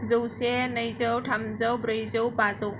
जौसे नैजौ थामजौ ब्रै जौ बाजौ